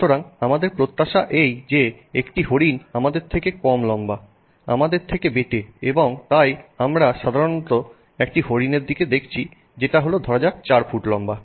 সুতরাং আমাদের প্রত্যাশা এই যে একটি হরিণ আমাদের থেকে কম লম্বা আমাদের থেকে বেটে এবং তাই আমরা সাধারণত একটি হরিণের দিকে দেখছি যেটা হল ধরা যাক 4 ফুট লম্বা